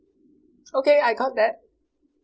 okay I got that